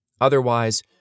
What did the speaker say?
Otherwise